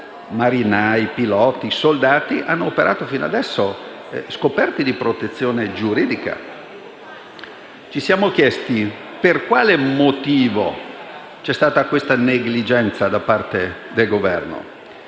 marinai, piloti e soldati hanno operato finora scoperti di protezione giuridica. Ci siamo chiesti per quale motivo vi sia stata questa negligenza da parte del Governo